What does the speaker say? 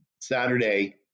Saturday